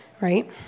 right